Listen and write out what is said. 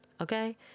okay